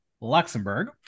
luxembourg